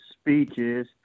speeches